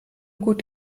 gut